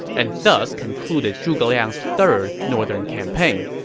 and thus concluded zhuge liang's third northern campaign